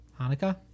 Hanukkah